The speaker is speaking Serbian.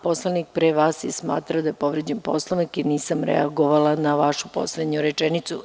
Poslanik pre vas je smatrao da je povređen Poslovnik i nisam reagovala na vašu poslednju rečenicu.